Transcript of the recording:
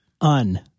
Un